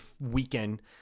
weekend